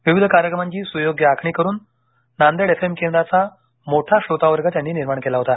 विविध कार्यक्रमांची सुयोग्य आखणी करून नांदेड एफ एम केंद्राचा मोठा श्रोतावर्ग त्यांनी निर्माण केला होता